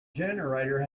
generator